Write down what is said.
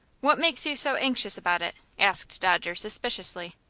what makes you so anxious about it? asked dodger, suspiciously.